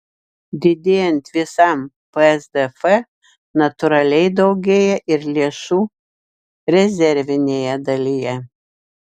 didėjant visam psdf natūraliai daugėja ir lėšų rezervinėje dalyje